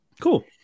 Cool